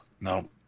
No